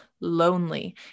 lonely